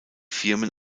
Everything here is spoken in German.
firmen